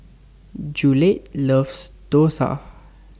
Jolette loves Dosa